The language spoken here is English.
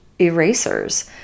erasers